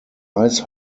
ice